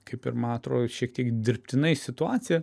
kaip ir man atrodo šiek tiek dirbtinai situacija